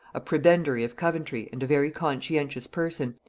a prebendary of coventry and a very conscientious person,